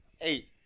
eight